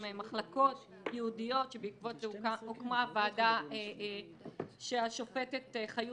מחלקות ייעודיות שבעקבות זה הוקמה הוועדה שהשופטת חיות